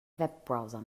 webbrowser